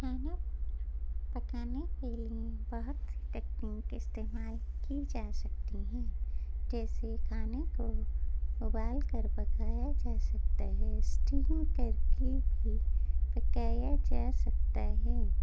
کھانا پکانے کے لیے بہت سی تکنیک استعمال کی جا سکتی ہیں جیسے کھانے کو ابال کر پکایا جا سکتا ہے اسٹیم کر کے بھی پکایا جا سکتا ہے